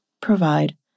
provide